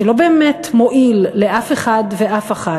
שלא באמת מועיל לאף אחד ואף אחת.